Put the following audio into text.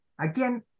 again